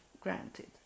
granted